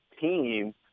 team